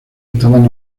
estaban